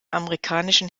amerikanischen